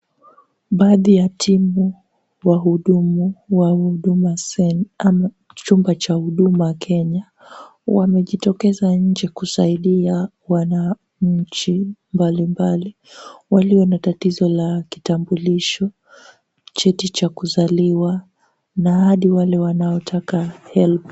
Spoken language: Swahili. Baadhi ya timu wahudumu wa Huduma centre ama chumba cha Huduma Kenya. Wamejitokeza nje ili kusaidia wananchi mbali mbali walio na tatizo la kitambulisho, cheti cha kuzaliwa na hadi wale wanaotaka HELB.